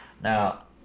now